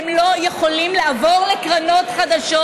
הם לא יכולים לעבור לקרנות חדשות.